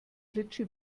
klitsche